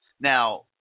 Now